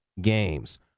games